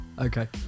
Okay